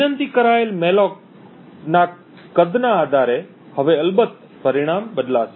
વિનંતી કરાયેલ મૅલોક ના કદના આધારે હવે અલબત્ત પરિણામ બદલાશે